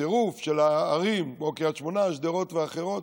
הצירוף של ערים כמו קריית שמונה, שדרות ואחרות